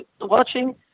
watching